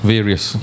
Various